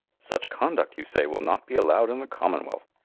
such conduct, you say, will not be allowed in the commonwealth.